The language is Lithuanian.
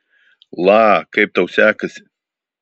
la kaip tau sekasi